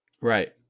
Right